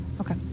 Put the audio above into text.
Okay